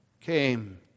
came